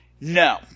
no